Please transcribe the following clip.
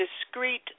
discrete